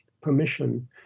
permission